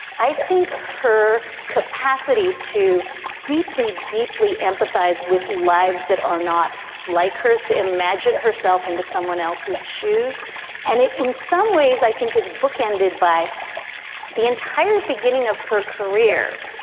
i think her capacity to deeply, deeply empathize with lives that are not like hers, to imagine herself into someone else's shoes and in some ways i think is bookended by the entire beginning of her career.